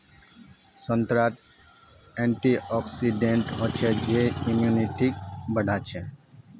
संतरात एंटीऑक्सीडेंट हचछे जे इम्यूनिटीक बढ़ाछे